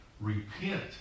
Repent